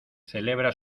celebra